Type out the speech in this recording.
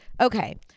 Okay